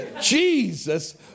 Jesus